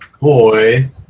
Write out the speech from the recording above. boy